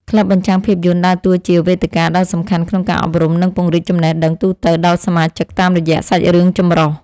ក្លឹបបញ្ចាំងភាពយន្តដើរតួជាវេទិកាដ៏សំខាន់ក្នុងការអប់រំ និងពង្រីកចំណេះដឹងទូទៅដល់សមាជិកតាមរយៈសាច់រឿងចម្រុះ។